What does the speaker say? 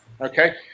Okay